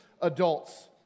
adults